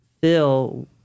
fill